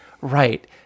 right